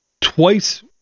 twice